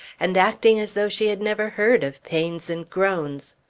and acting as though she had never heard of pains and groans.